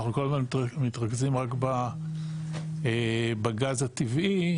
כל הזמן אנחנו מתרכזים בגז הטבעי,